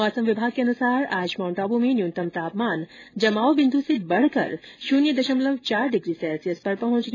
मौसम विभाग के अनुसार आज माउंट आबू में न्यूनतम तापमान जमाव बिन्दू से बढ़कर शून्य दशमलव चार डिग्री सैल्सियस पर पहुंच गया